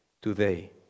Today